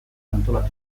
antolatu